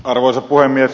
arvoisa puhemies